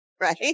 right